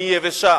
היא יבשה.